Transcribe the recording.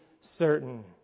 certain